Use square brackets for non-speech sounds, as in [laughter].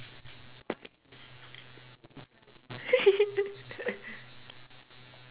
[laughs]